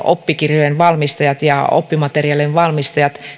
oppikirjojen valmistajat ja oppimateriaalien valmistajat